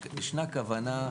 יש כוונה,